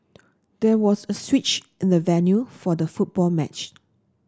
there was a switch in the venue for the football